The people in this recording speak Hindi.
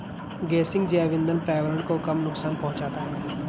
गेसिंग जैव इंधन पर्यावरण को कम नुकसान पहुंचाता है